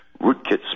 rootkits